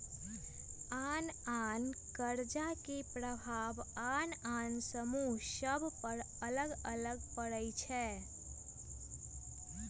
आन आन कर्जा के प्रभाव आन आन समूह सभ पर अलग अलग पड़ई छै